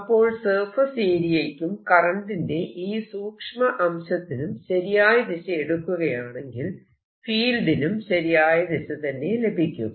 അപ്പോൾ surface area യ്ക്കും കറന്റിന്റെ ഒരു സൂക്ഷ്മ അംശത്തിനും ശരിയായ ദിശ എടുക്കുകയാണെങ്കിൽ ഫീൽഡിനും ശരിയായ ദിശ തന്നെ ലഭിക്കും